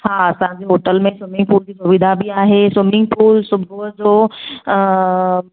हा असांजे होटल में स्विमिंगपूल जी सुविधा बि आहे स्विमिंगपूल सुबुह जो